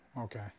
Okay